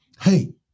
Hey